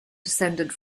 descended